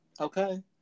Okay